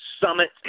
Summit